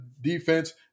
defense